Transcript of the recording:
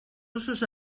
usos